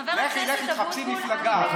לכי, לכי, תחפשי מפלגה.